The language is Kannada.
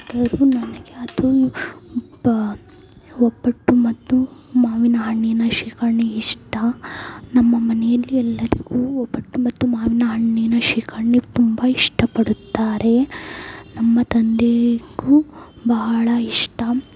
ಆದರೂ ನನಗೆ ಅದು ಒಬ್ಬ ಒಬ್ಬಟ್ಟು ಮತ್ತು ಮಾವಿನ ಹಣ್ಣಿನ ಶೀಕರ್ಣಿ ಇಷ್ಟ ನಮ್ಮ ಮನೆಯಲ್ಲಿ ಎಲ್ಲರಿಗೂ ಒಬ್ಬಟ್ಟು ಮತ್ತು ಮಾವಿನ ಹಣ್ಣಿನ ಶ್ರೀಕರ್ಣಿ ತುಂಬ ಇಷ್ಟಪಡುತ್ತಾರೆ ನಮ್ಮ ತಂದೆಗೂ ಬಹಳ ಇಷ್ಟ